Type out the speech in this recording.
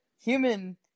human